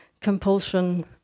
compulsion